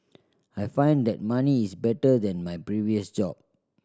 I find that money is better than my previous job